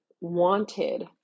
wanted